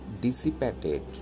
dissipated